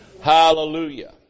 Hallelujah